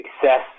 success